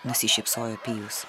nusišypsojo pijus